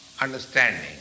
understanding